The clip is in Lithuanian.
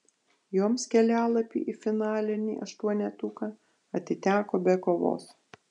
joms kelialapiai į finalinį aštuonetuką atiteko be kovos